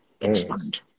Expand